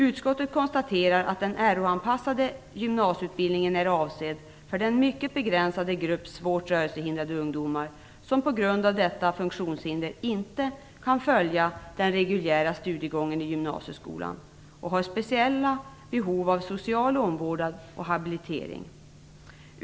Utskottet konstaterar att den Rh-anpassade gymnasieutbildningen är avsedd för den mycket begränsade grupp svårt rörelsehindrade ungdomar som på grund av detta funktionshinder inte kan följa den reguljära studiegången i gymnasieskolan och som har speciella behov av social omvårdnad och habilitering.